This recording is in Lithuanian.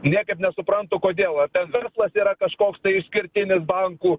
niekaip nesuprantu kodėl ar ten verslas yra kažkoks tai išskirtinis bankų